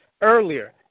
earlier